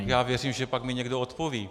Já věřím, že pak mi někdo odpoví.